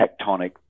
tectonic